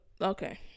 okay